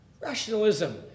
Rationalism